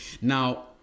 Now